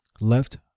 left